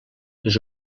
les